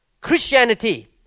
Christianity